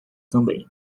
também